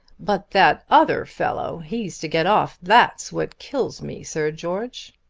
but that other fellow he's to get off. that's what kills me, sir george.